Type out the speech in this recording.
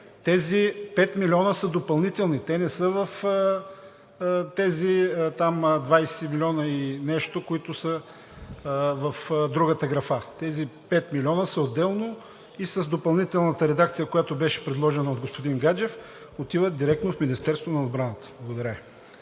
Тези 5 милиона са допълнителни, те не са в тези 20 милиона и нещо, които са в другата графа. Тези 5 милиона са отделно и с допълнителната редакция, която беше предложена от господин Гаджев, отиват директно в Министерството на отбраната. Благодаря